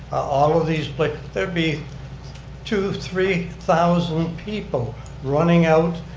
all of these but there'd be two, three thousand people running out